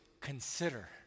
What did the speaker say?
consider